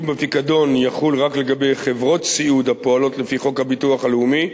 בפיקדון יחול רק לגבי חברות סיעוד הפועלות לפי חוק הביטוח הלאומי,